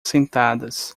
sentadas